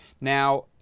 Now